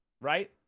right